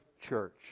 church